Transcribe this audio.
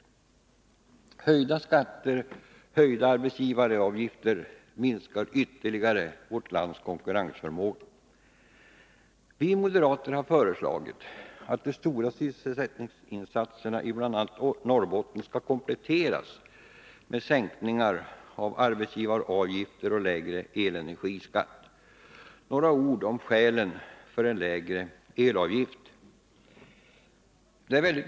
Höjda skatter och höjda arbetsgivaravgifter minskar ytterligare vårt lands konkurrensförmåga. Vi moderater har föreslagit att de stora sysselsättningsinsatserna i bl.a. Norrbotten skall kompletteras med sänkningar av arbetsgivaravgifter och lägre elenergiskatt. Några ord om skälen för en lägre elavgift.